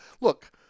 look